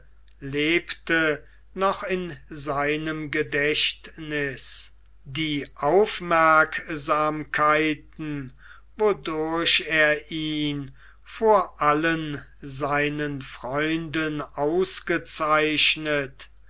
lebte noch in seinem gedächtniß die aufmerksamkeiten wodurch er ihn vor allen seinen freunden ausgezeichnet